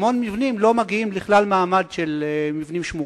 המון מבנים לא מגיעים לכלל מעמד של מבנים שמורים?